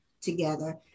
together